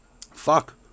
Fuck